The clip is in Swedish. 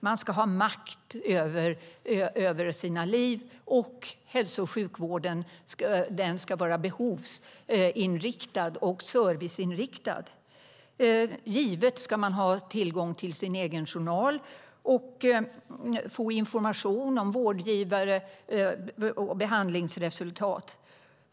Man ska ha makt över sitt liv, och hälso och sjukvården ska vara behovs och serviceinriktad. Givetvis ska man ha tillgång till sin egen journal och få information om vårdgivare och behandlingsresultat.